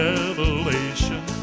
Revelation